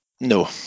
No